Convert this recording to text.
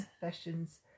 fashions